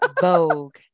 Vogue